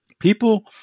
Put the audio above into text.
People